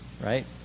right